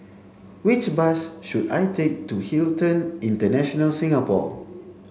which bus should I take to Hilton International Singapore